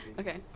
Okay